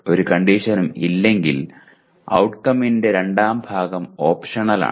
ഒരു കണ്ടീഷനും ഇല്ലെങ്കിൽ ഔട്ട്കംമിന്റെ രണ്ടാം ഭാഗം ഓപ്ഷണലാണ്